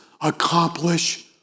accomplish